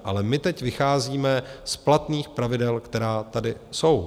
Ale my teď vycházíme z platných pravidel, která tady jsou.